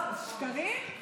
שקרים?